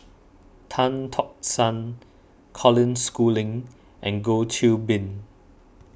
Tan Tock San Colin Schooling and Goh Qiu Bin